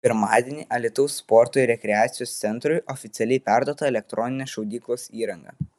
pirmadienį alytaus sporto ir rekreacijos centrui oficialiai perduota elektroninės šaudyklos įranga